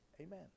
Amen